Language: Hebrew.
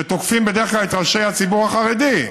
כשתוקפים בדרך כלל את ראשי הציבור החרדי,